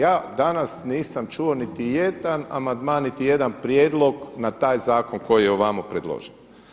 Ja danas nisam čuo niti jedan amandman, niti jedan prijedlog na taj zakon koji je ovamo predložen.